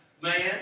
man